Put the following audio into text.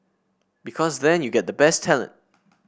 because then you get the best talent